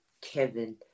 Kevin